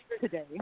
today